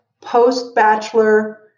Post-bachelor